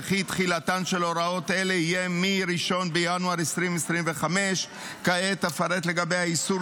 וכי תחילתן של הוראות אלה יהיה מ-1 בינואר 2025. כעת אפרט לגבי האיסור